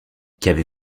qu’avez